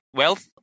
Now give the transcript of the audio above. wealth